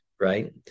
Right